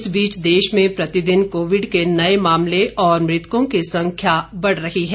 इस बीच देश में प्रतिदिन कोविड के नये मामले और मृतकों की संख्या बढ़ रही है